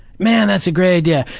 man, that's a great idea.